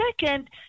second